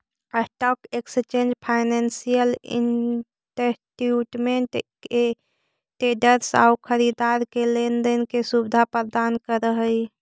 stock exchange financial instrument के traders आउ खरीदार के लेन देन के सुविधा प्रदान करऽ हइ